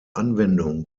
anwendung